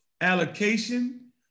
Allocation